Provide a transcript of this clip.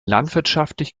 landwirtschaftlich